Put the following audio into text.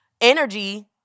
energy